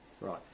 Right